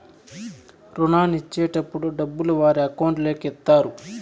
రుణాన్ని ఇచ్చేటటప్పుడు డబ్బులు వారి అకౌంట్ లోకి ఎత్తారు